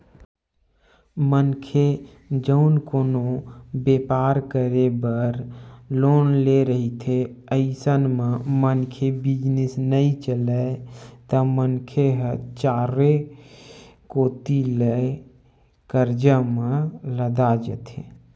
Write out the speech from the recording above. मनखे जउन कोनो बेपार करे बर लोन ले रहिथे अइसन म मनखे बिजनेस नइ चलय त मनखे ह चारे कोती ले करजा म लदा जाथे